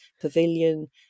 pavilion